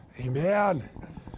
Amen